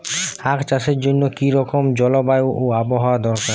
আখ চাষের জন্য কি রকম জলবায়ু ও আবহাওয়া দরকার?